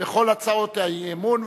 בכל הצעות האי-אמון,